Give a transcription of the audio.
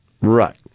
Right